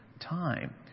time